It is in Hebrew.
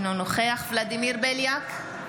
אינו נוכח ולדימיר בליאק,